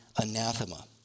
anathema